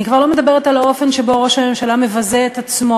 אני כבר לא מדברת על האופן שבו ראש הממשלה מבזה את עצמו